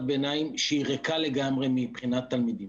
ביניים שהיא ריקה לגמרי מבחינת תלמידים,